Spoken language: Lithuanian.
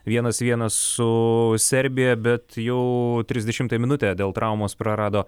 vienas vienas su serbija bet jau trisdešimtąją minutę dėl traumos prarado